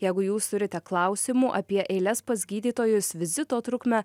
jeigu jūs turite klausimų apie eiles pas gydytojus vizito trukmę